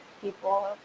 people